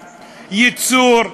ייצור,